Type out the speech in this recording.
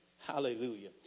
hallelujah